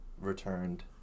returned